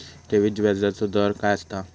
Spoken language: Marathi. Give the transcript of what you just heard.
ठेवीत व्याजचो दर काय असता?